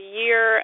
year